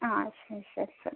ആ ശരി ശരി ശരി